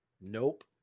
Nope